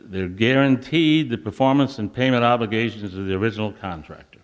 they are guaranteed the performance and payment obligations of the original contractor